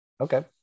Okay